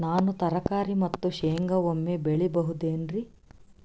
ನಾನು ತರಕಾರಿ ಮತ್ತು ಶೇಂಗಾ ಒಮ್ಮೆ ಬೆಳಿ ಬಹುದೆನರಿ?